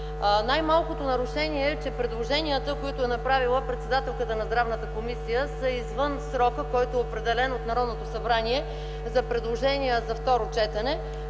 Най-малкото нарушение е, че предложенията, които е направила председателката на Здравната комисия, са извън срока, който е определен от Народното събрание за предложения за второ четене.